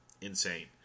Insane